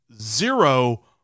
zero